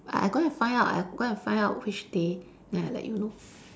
I go and find out I go and find out which day then I let you know